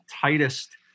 tightest